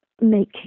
make